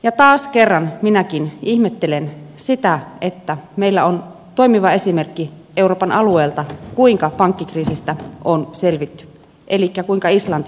ja taas kerran minäkin ihmettelen sitä että meillä on toimiva esimerkki euroopan alueelta kuinka pankkikriisistä on selvitty elikkä kuinka islanti selvisi veloistaan